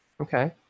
Okay